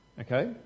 okay